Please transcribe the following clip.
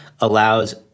allows